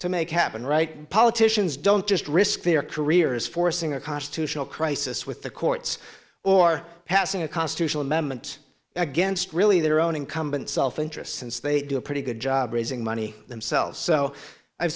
to make happen right politicians don't just risk their careers forcing a constitutional crisis with the courts or passing a constitutional amendment against really their own incumbent self interest since they do a pretty good job raising money themselves so i